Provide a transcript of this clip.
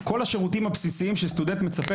כל השירותים הבסיסיים שסטודנט מצפה